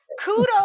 Kudos